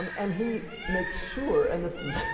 um and he makes sure, and this is